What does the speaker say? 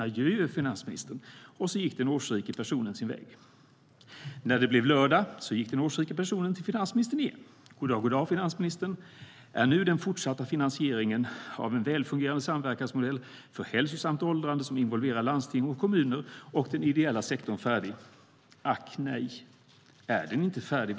Adjö, adjö, finansministern! När det blev lördag gick den årsrike till finansministern igen.- Ack nej!- Är den inte färdig?